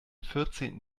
vierzehnten